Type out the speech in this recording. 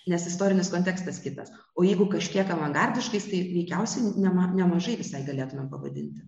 nes istorinis kontekstas kitas o jeigu kažkiek avangardiškais tai veikiausiai ne maž nemažai visai galėtumėm pavadinti